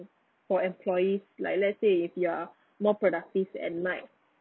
for employees like let's say if you're not productive at night